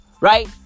right